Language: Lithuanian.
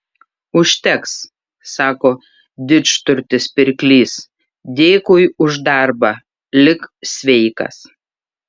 užteks sako didžturtis pirklys dėkui už darbą lik sveikas